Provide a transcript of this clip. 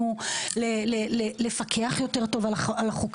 הוא עדיין חבר כנסת,